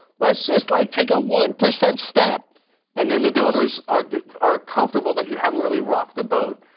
let's just like take a one percent stat and then the donors are are comfortable that you haven't really rocked the boat.